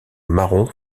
marron